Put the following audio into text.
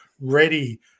ready